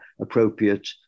appropriate